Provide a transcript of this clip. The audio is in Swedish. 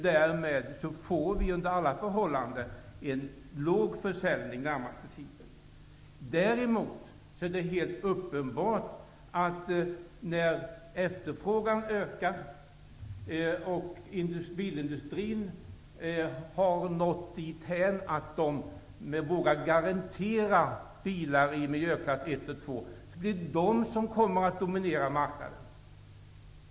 Därmed kommer vi under den närmaste tiden att få en låg försäljning. Däremot är det helt uppenbart att när efterfrågan ökar och bilindustrin har nått dithän att den vågar garantera bilar i miljöklass 1 och 2, kommer dessa att dominera marknaden.